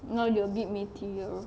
now you will beat me to you